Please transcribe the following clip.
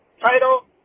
title